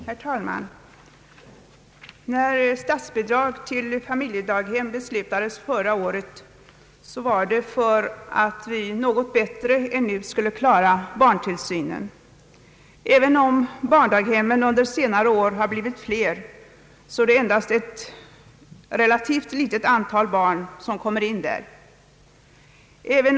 Herr talman! När beslut förra året fattades om statsbidrag till familjedaghemmen skedde det för att vi något bättre än då skulle klara barntillsy nen. Även om barndaghemmen under senare år blivit fler är det endast ett relativt litet antal barn som bereds plats där.